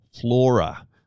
flora